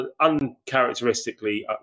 Uncharacteristically